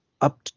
Up